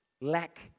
lack